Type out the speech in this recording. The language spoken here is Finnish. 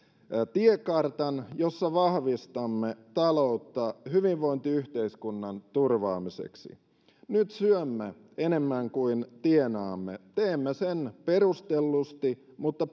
tiekartan jossa vahvistamme taloutta hyvinvointiyhteiskunnan turvaamiseksi nyt syömme enemmän kuin tienaamme teemme sen perustellusti mutta